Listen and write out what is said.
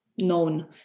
known